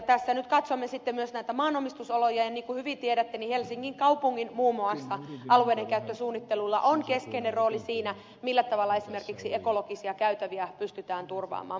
tässä nyt katsomme sitten myös näitä maanomistusoloja ja niin kuin hyvin tiedätte niin muun muassa helsingin kaupungin alueiden käyttösuunnittelulla on keskeinen rooli siinä millä tavalla esimerkiksi ekologisia käytäviä pystytään turvaamaan